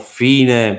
fine